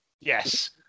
Yes